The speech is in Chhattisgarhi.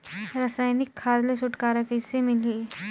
रसायनिक खाद ले छुटकारा कइसे मिलही?